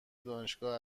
دانشگاه